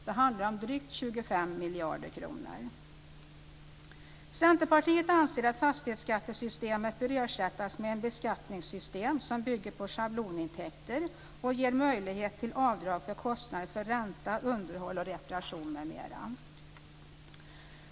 Det handlar om drygt 25 miljarder kronor. Centerpartiet anser att fastighetsskattesystemet bör ersättas med ett beskattningssystem som bygger på schablonintäkter och ger möjlighet till avdrag för kostnader för ränta, underhåll, reparation m.m.